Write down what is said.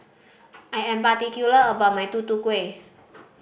I am particular about my Tutu Kueh